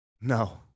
No